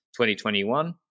2021